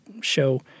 show